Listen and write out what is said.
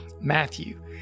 Matthew